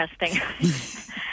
interesting